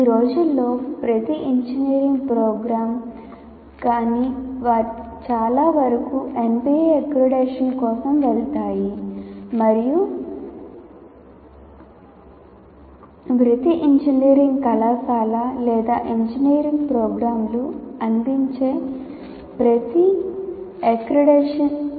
ఈ రోజుల్లో ప్రతి ఇంజనీరింగ్ ప్రోగ్రామ్ కానీ వారికి చాలా వరకు NBA అక్రిడిటేషన్ కోసం వెళతాయి మరియు ప్రతి ఇంజనీరింగ్ కళాశాల లేదా ఇంజనీరింగ్ ప్రోగ్రామ్లను అందించే ప్రతి ఇన్స్టిట్యూట్ NAAC అక్రిడిటేషన్ కోసం వెళుతుంది